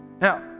Now